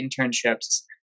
internships